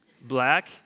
Black